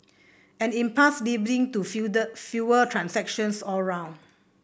an impasse leading to fewer transactions all round